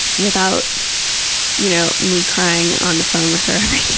without you know, me crying on the phone with her